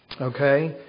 Okay